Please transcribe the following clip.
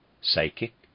psychic